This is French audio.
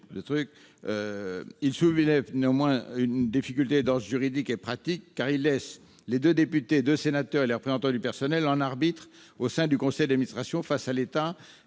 pose toujours une difficulté d'ordre juridique et pratique, car il tend à ériger les deux députés, les deux sénateurs et les représentants du personnel en arbitre, au sein du conseil d'administration, face à l'État,